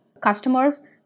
customers